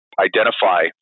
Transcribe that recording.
identify